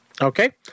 okay